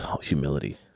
humility